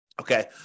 Okay